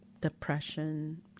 depression